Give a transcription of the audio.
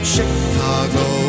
Chicago